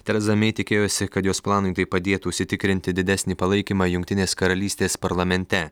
tereza mei tikėjosi kad jos planui tai padėtų užsitikrinti didesnį palaikymą jungtinės karalystės parlamente